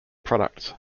products